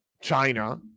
China